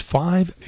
five